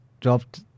dropped